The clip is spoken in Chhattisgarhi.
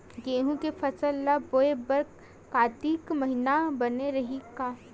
गेहूं के फसल ल बोय बर कातिक महिना बने रहि का?